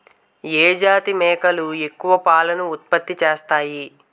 ఏ జాతి మేకలు ఎక్కువ పాలను ఉత్పత్తి చేస్తాయి?